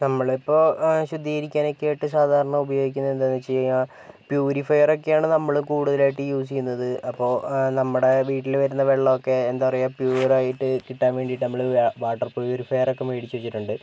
നമ്മള് ഇപ്പോൾ ശുദ്ധീകരിക്കാനൊക്കെ ആയിട്ട് സാധാരണ ഉപയോഗിക്കുന്നത് എന്താ എന്ന് വെച്ച് കഴിഞ്ഞാൽ പ്യുരിഫയർ ഒക്കെ ആണ് നമ്മള് കൂടുതലായിട്ട് യൂസ് ചെയ്യുന്നത് അപ്പോൾ നമ്മുടെ വീട്ടില് വരുന്ന വെള്ളമൊക്കെ എന്താ പറയുക പ്യുർ ആയിട്ട് കിട്ടാൻ വേണ്ടിയിട്ട് നമ്മള് വാട്ടർ പ്യുരിഫയർ ഒക്കെ മേടിച്ച് വച്ചിട്ടുണ്ട്